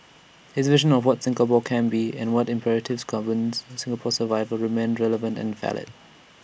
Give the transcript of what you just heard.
his vision of what Singapore can be and what imperatives governs Singapore's survival remain relevant and valid